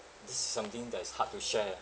it's something that is hard to share